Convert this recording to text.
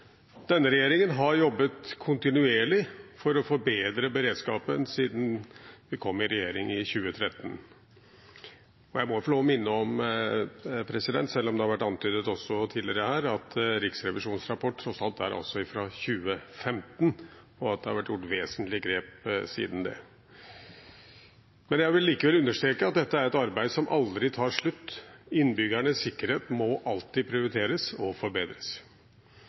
Denne regjeringen har jobbet kontinuerlig for å forbedre beredskapen siden den kom i 2013, og jeg må få lov til å minne om – selv om det har vært antydet også tidligere her – at Riksrevisjonens rapport tross alt er fra 2015, og at det har vært gjort vesentlige grep siden det. Jeg vil likevel understreke at dette er et arbeid som aldri tar slutt. Innbyggernes sikkerhet må alltid prioriteres og forbedres.